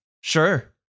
Sure